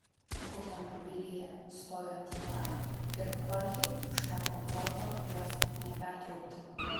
automobilyje stojo tyla ir chorchei užteko proto jos nepertraukti